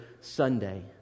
Sunday